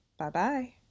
Bye-bye